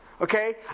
Okay